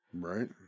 Right